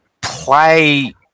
play